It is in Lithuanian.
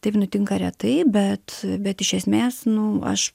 taip nutinka retai bet bet iš esmės nu aš